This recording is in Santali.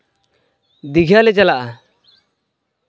ᱫᱤᱜᱷᱟᱞᱮ ᱪᱟᱞᱟᱜᱼᱟ